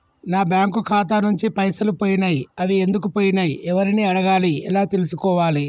నా బ్యాంకు ఖాతా నుంచి పైసలు పోయినయ్ అవి ఎందుకు పోయినయ్ ఎవరిని అడగాలి ఎలా తెలుసుకోవాలి?